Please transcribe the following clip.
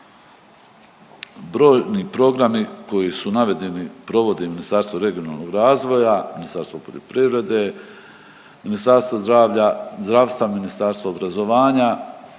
Brojni programi koji su navedeni provodi Ministarstvo regionalnog razvoja, Ministarstvo poljoprivrede, Ministarstvo zdravlja, zdravstva, Ministarstvo obrazovanja,